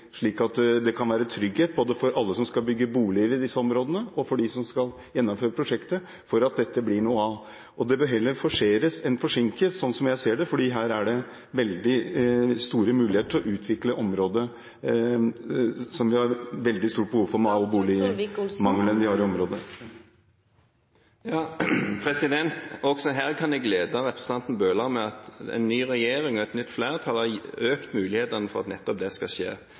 Slik kan det være trygghet for – både for alle som skal bygge boliger i disse områdene, og for dem som skal gjennomføre prosjektet – at dette blir noe av. Og det bør heller forseres enn forsinkes, slik jeg ser det, for her er det veldig store muligheter til å utvikle et område som vi har veldig stort behov for – ut fra den boligmangelen vi har i området. Også her kan jeg glede representanten Bøhler med at en ny regjering og et nytt flertall har økt mulighetene for at nettopp det skal skje.